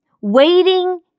Waiting